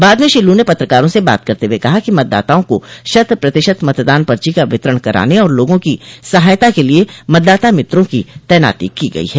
बाद में श्री लू ने पत्रकारों से बात करते हुए बताया कि मतदाताओं को शत प्रतिशत मतदान पर्ची का वितरण कराने और लोगों की सहायता के लिये मतदाता मित्रों की तैनाती की गई है